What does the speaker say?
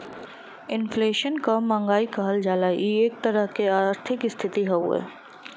inflation क महंगाई कहल जाला इ एक तरह क आर्थिक स्थिति हउवे